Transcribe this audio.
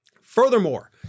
Furthermore